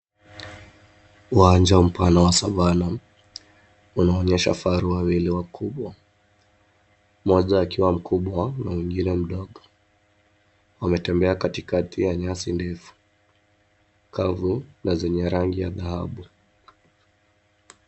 Uwanja mpana wa savana unaonyesha vifaru wawili wakubwa. Mmoja akiwa mkubwa na mwingine mdogo. Wametembea katikati ya nyasi ndefu, kavu na zenye rangi ya dhahabu.